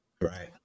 right